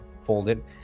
folded